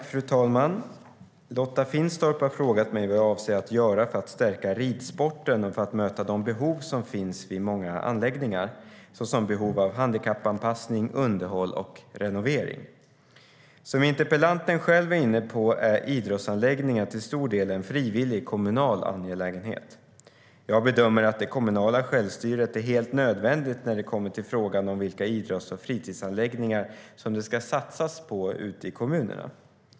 Fru talman! Lotta Finstorp har frågat mig vad jag avser att göra för att stärka ridsporten och för att möta de behov som finns vid många anläggningar, såsom behov av handikappanpassning, underhåll och renovering. Som interpellanten själv är inne på är idrottsanläggningar till stor del en frivillig kommunal angelägenhet. Jag bedömer att det kommunala självstyret är helt nödvändigt när det kommer till frågan om vilka idrotts och fritidsanläggningar som det ska satsas på ute i kommunerna.